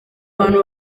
abantu